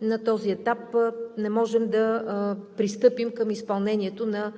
на този етап не можем да пристъпим към изпълнението на